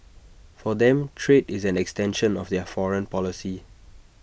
for them trade is an extension of their foreign policy